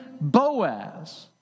Boaz